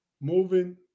Moving